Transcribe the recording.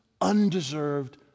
undeserved